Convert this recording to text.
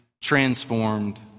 transformed